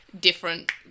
different